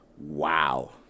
Wow